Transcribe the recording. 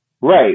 Right